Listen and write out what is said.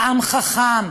העם חכם,